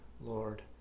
Lord